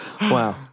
Wow